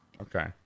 Okay